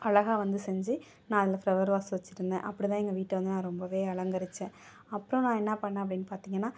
அழகா வந்து செஞ்சு நான் அந்த ஃப்ளவர் வாஸ் வெச்சுருந்தேன் அப்படிதான் எங்கள் வீட்டை வந்து நான் ரொம்பவே அலங்கரித்தேன் அப்புறம் நான் என்ன பண்ணிணேன் அப்படின்னு பார்த்தீங்கன்னா